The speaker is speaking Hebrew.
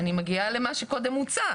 אני לא רוצה